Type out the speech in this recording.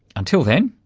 until then,